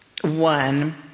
One